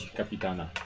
kapitana